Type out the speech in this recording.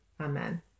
Amen